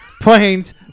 planes